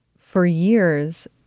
for years,